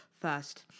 first